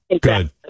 Good